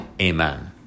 Amen